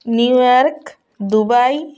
New York Dubai